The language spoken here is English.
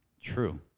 true